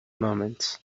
moments